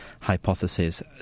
hypothesis